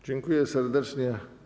Dziękuję serdecznie.